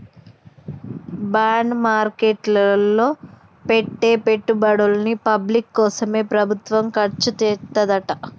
bond market లో పెట్టే పెట్టుబడుల్ని పబ్లిక్ కోసమే ప్రభుత్వం ఖర్చుచేత్తదంట